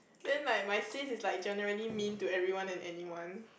then like my sis is like generally mean to everyone and anyone